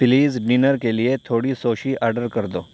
please dinner کے لیے تھوڑی سوشی آرڈر کر دو